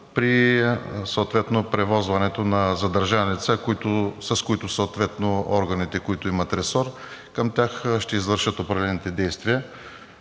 при превозването на задържани лица, с които съответно органите, които имат ресор към тях, ще извършат определените действия?